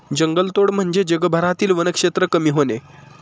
जंगलतोड म्हणजे जगभरातील वनक्षेत्र कमी होणे